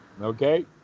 Okay